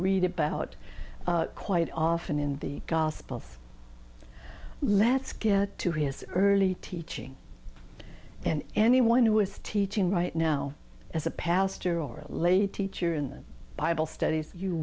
read about quite often in the gospels let's get to his early teaching and anyone who is teaching right now as a pastor or lay teacher in that bible studies you